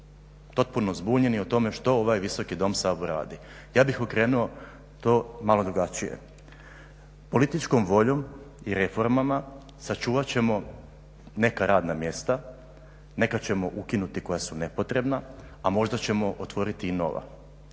potpuno zbunjeni o tome što ovaj Visoki Dom Sabora radi. Ja bih okrenuo to malo drugačije, političkom voljom i reformama sačuvat ćemo neka radna mjesta, neka ćemo ukinuti koja su nepotrebna a možda ćemo i otvoriti nova.